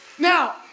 Now